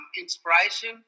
inspiration